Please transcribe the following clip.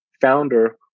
founder